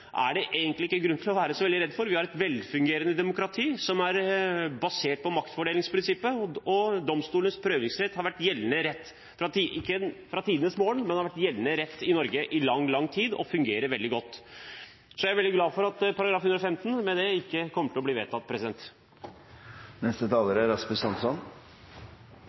er det egentlig ikke noen grunn til å være så veldig redd for. Vi har et velfungerende demokrati som er basert på maktfordelingsprinsippet, og domstolenes prøvingsrett har vært gjeldende rett, ikke fra tidenes morgen, men i lang, lang tid, og fungerer veldig godt. Så jeg er veldig glad for at § 115 med det ikke kommer til å bli vedtatt.